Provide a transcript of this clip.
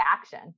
action